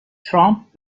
ترامپ